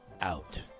out